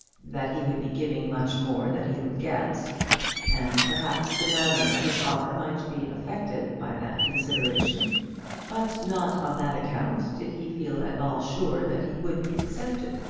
that he would be giving much more than he would get and perhaps the manner of his offer might be affected by that consideration but not on that account did he feel at all sure that he would be accepted.